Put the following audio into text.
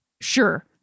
Sure